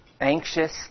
anxious